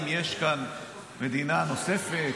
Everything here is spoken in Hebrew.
אם יש כאן מדינה נוספת,